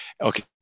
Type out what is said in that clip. Okay